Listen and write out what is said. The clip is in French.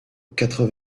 quatre